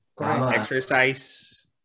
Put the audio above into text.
exercise